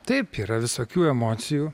taip yra visokių emocijų